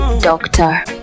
doctor